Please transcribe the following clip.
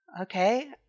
Okay